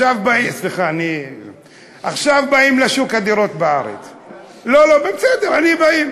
עכשיו, באים לשוק הדירות בארץ, בסדר, באים.